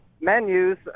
menus